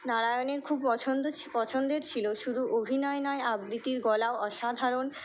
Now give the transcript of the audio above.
নারায়ণের খুব পছন্দ পছন্দের ছিল শুধু অভিনয় নয় আবৃত্তির গলাও অসাধারণ